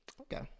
okay